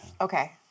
Okay